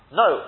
no